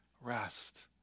rest